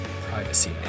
privacy